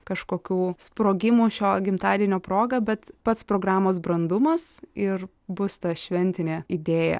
kažkokių sprogimų šio gimtadienio proga bet pats programos brandumas ir bus ta šventinė idėja